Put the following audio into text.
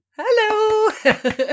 Hello